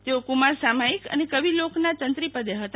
તેઓ કુમાર સામાયિક અને કવિલોકના તત્રી પદે હતા